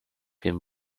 been